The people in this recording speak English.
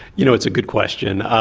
you know it's a good question.